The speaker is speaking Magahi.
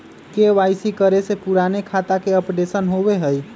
के.वाई.सी करें से पुराने खाता के अपडेशन होवेई?